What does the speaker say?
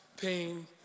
pain